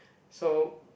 so